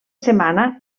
setmana